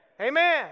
Amen